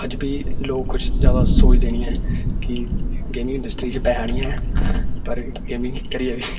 अज्ज बी लोक कुछ ज्यादा सोचदे निं ऐ कि गेमिंग इंडस्ट्री च पैहा निं ऐ पर गेमिंग करियै बी